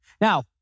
Now